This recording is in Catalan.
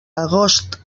agost